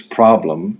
problem